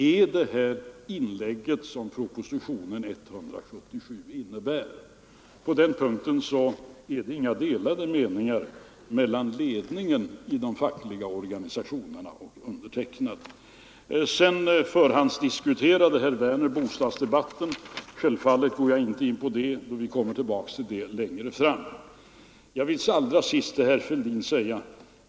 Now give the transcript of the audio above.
På den punkten finns inga delade meningar mellan ledningarna i de fackliga organisationerna och mig. Sedan förhandsdiskuterade herr Werner bostadsfrågorna. Jag går självfallet inte in på dem nu, eftersom vi kommer tillbaka till dem längre fram. Allra sist vill jag till herr Fälldin säga följande.